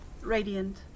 Radiant